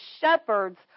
shepherds